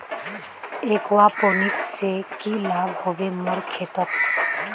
aquaponics से की लाभ ह बे मोर खेतोंत